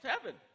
heaven